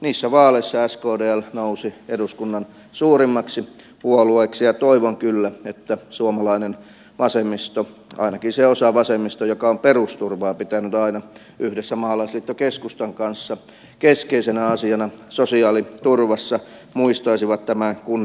niissä vaaleissa skdl nousi eduskunnan suurimmaksi puolueeksi ja toivon kyllä että suomalainen vasemmisto ainakin se osa vasemmistoa joka on perusturvaa pitänyt aina yhdessä maalaisliitto keskustan kanssa keskeisenä asiana sosiaaliturvassa muistaisi tämän kunniakkaan perinnön